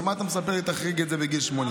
מה אתה מספר לי שתחריג את זה בגיל 80?